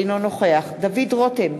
אינו נוכח דוד רותם,